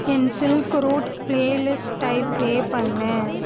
என் silk route play லிஸ்ட்டைப் play பண்ணு